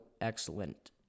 excellent